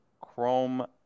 Chrome